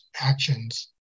actions